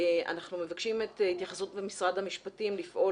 אנחנו מבקשים את התייחסות משרד המשפטים לפעול